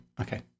Okay